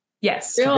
Yes